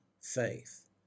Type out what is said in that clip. faith